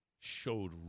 showed